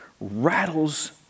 rattles